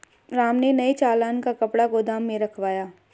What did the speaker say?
राम ने नए चालान का कपड़ा गोदाम में रखवाया